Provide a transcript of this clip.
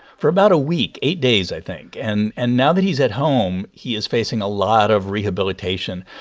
for about a week eight days i think. and and now that he's at home, he is facing a lot of rehabilitation.